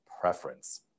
preference